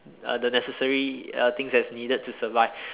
uh the necessary uh things that's needed to survive